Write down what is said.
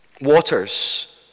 waters